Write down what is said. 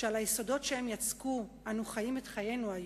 על היסודות שהם יצקו אנו חיים את חיינו.